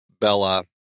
Bella